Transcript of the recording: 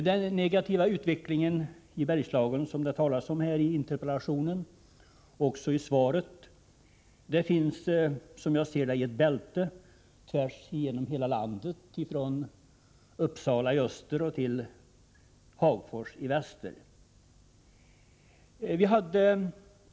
Den negativa utveckling i vad gäller Bergslagen, som det talas om i interpellationen och även i statsrådets svar, föreligger som jag ser det i ett bälte tvärs över hela landet, från Uppsala i öster till Hagfors i väster.